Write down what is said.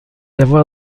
avoir